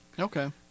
Okay